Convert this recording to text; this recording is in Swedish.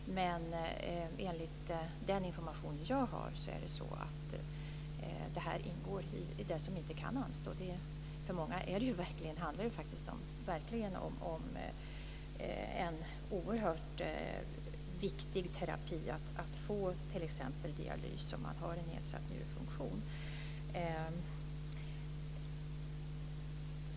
Men enligt den information jag har ingår detta i det som inte kan anstå. För många handlar det ju faktiskt verkligen om en oerhört viktig terapi, t.ex. dialys om man har en nedsatt njurfunktion.